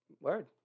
Word